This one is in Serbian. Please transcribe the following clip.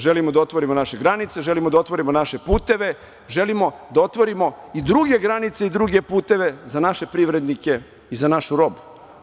Želimo da otvorimo naše granice, želimo da otvorimo naše puteve, želimo da otvorimo i druge granice i druge puteve za naše privrednike i za našu robu.